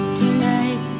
tonight